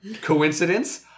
Coincidence